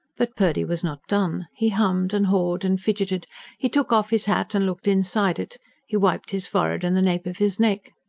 but purdy was not done he hummed and hawed and fidgeted he took off his hat and looked inside it he wiped his forehead and the nape of his neck.